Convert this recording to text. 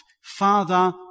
father